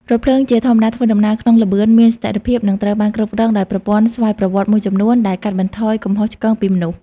រថភ្លើងជាធម្មតាធ្វើដំណើរក្នុងល្បឿនមានស្ថិរភាព និងត្រូវបានគ្រប់គ្រងដោយប្រព័ន្ធស្វ័យប្រវត្តិមួយចំនួន ដែលកាត់បន្ថយកំហុសឆ្គងពីមនុស្ស។